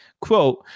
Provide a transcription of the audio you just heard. quote